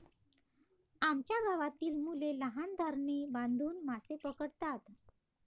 आमच्या गावातील मुले लहान धरणे बांधून मासे पकडतात